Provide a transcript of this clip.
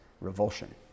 Revulsion